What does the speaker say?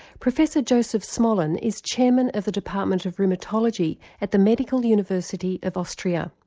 professor josef smolen is chairman of the department of rheumatology at the medical university of austria.